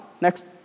Next